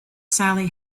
sally